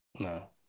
No